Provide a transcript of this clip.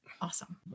Awesome